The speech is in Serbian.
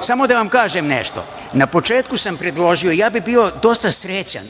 samo da vam kažem nešto, na početku sam predložio i bio bih dosta srećan